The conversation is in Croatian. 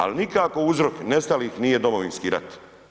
Ali nikako uzrok nestalih nije Domovinski rat.